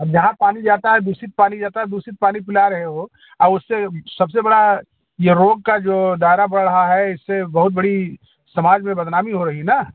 अब जहाँ पानी जाता है दूषित पानी जाता है दूषित पानी पिला रहे हो और उससे सब से बड़ा यह रोग का जो दायरा बढ़ रहा है इससे बहुत बड़ी समाज में बदनामी हो रही ना